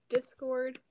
Discord